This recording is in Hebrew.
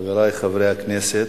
חברי חברי הכנסת,